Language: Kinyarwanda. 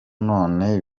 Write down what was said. none